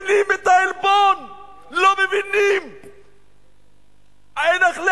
לא מבינים את העלבון, לא מבינים.